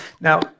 Now